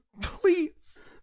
Please